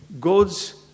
God's